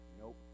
nope